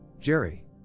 Jerry